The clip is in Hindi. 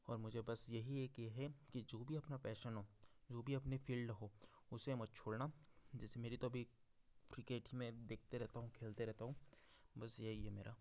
और मुझे बस यही एक यह है कि जो भी अपना पैशन हो जो भी अपने फील्ड हो उसे मत छोड़ना जैसे मेरी तो अभी क्रिकेट ही मैं देखता रहता हूँ खेलता रहता हूँ बस यही है मेरा